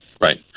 Right